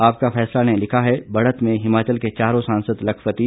आपका फैसला ने लिखा है बढ़त में हिमाचल के चारों सांसद लखपति